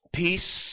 peace